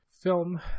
film